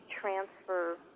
transfer